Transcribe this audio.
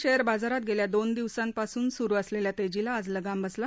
share बाजारात गेल्या दोन दिवसांपासून सुरु असलेल्या तेजीला आज लगाम बसला